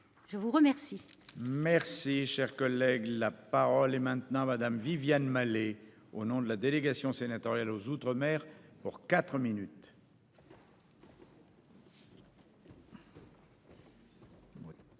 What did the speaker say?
je vous remercie. Merci, cher collègue, la parole est maintenant Madame Viviane Malet au nom de la délégation sénatoriale aux outre-mer pour 4 minutes.